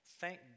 Thank